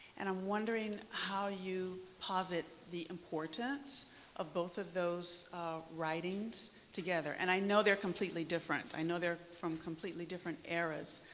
and i'm wondering how you posit the importance of both of those writings together. and i know they're completely different. i know they're from completely different eras.